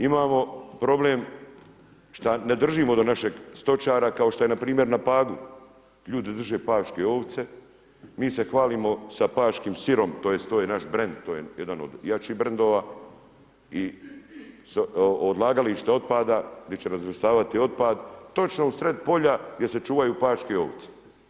Imamo problem šta ne držimo do našeg stočara kao što je npr. na Pagu, ljudi drže paške ovce mi se hvalimo sa paškim sirom tj. to je naš brend to je jedan od jačih brendova i odlagalište otpada, gdi će razvrstavati otpad, točno u sred polja gdje se čuvaju paške ovce.